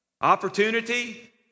opportunity